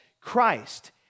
Christ